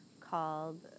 called